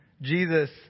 Jesus